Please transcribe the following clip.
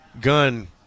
Gun